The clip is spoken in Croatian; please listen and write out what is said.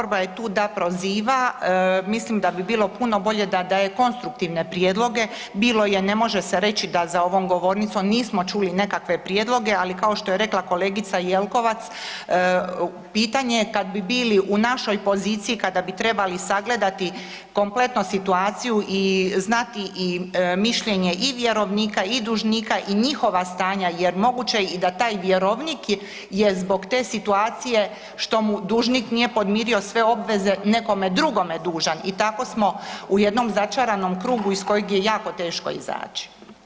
Pa oporba je tu da proziva, mislim da bi bilo puno bolje da daje konstruktivne prijedloge, bilo je ne može se reći da za ovom govornicom nismo čuli nekakve prijedloge, ali kao što je rekla kolegica Jelkovac, pitanje je kad bi bili u našoj poziciji kada bi trebali sagledati kompletno situaciju i znati i mišljenje i vjerovnika i dužnika i njihova stanja jer moguće da i taj vjerovnik je zbog te situacije što mu dužnik nije podmirio sve obveze nekome drugome dužan i tako smo u jednom začaranom krugu iz kojeg je jako teško izaći.